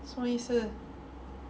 什么意思